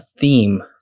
theme